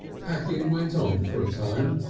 packing went on for a time.